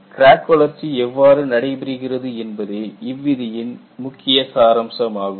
crack வளர்ச்சி எவ்வாறு நடைபெறுகிறது என்பதே இவ்விதியின் முக்கிய சாராம்சம் ஆகும்